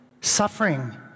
suffering